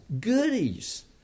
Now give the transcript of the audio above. goodies